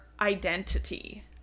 identity